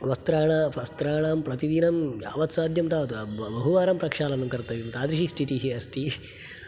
वस्त्राणा वस्त्राणां प्रतिदिनं यावत्साध्यं तावत् बहुवारं प्रक्षालणं कर्तव्यं तादृशी स्थितिः अस्ति